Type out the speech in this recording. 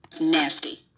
nasty